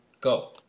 Go